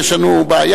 יש לנו בעיה,